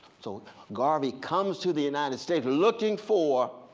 so garvey comes to the united states looking for